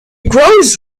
grows